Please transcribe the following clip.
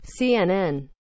CNN